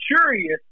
curious